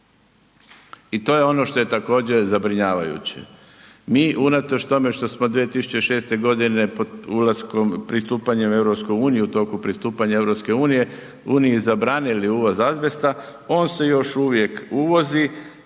i to je ono što je također zabrinjavajuće. Mi unatoč tome što smo 2006. g. ulaskom, pristupanjem u EU, u toku pristupanja EU-i zabranili uvoz azbesta, on se još uvijek uvozi